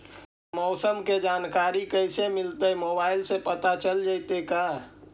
मौसम के जानकारी कैसे मिलतै मोबाईल से पता चल जितै का?